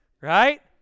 right